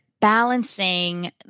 Balancing